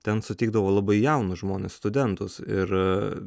ten sutikdavo labai jaunus žmones studentus ir